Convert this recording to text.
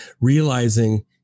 realizing